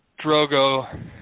Drogo